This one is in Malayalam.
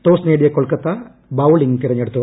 ടോസ് നേടിയ കൊൽക്കത്ത ബൌളിംഗ് തിരഞ്ഞെടുത്തു